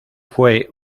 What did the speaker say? fue